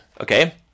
okay